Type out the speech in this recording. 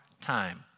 time